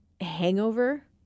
hangover